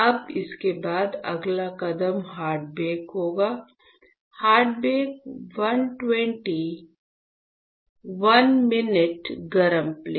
अब इसके बाद अगला कदम हार्ड बेक होगा हार्ड बेक 120 1 मिनट गरम प्लेट